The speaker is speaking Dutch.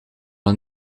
een